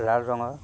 লাল ৰঙৰ